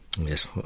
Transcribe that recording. Yes